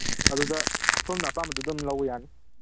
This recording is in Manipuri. ꯑꯗꯨꯗ ꯁꯣꯝꯅ ꯑꯄꯥꯝꯕꯗꯨ ꯑꯗꯨꯝ ꯂꯧꯕ ꯌꯥꯅꯤ